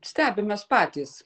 stebimės patys